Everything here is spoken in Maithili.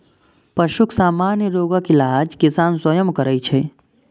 पशुक सामान्य रोगक इलाज किसान स्वयं करै छै